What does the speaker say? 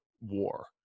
war